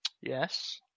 Yes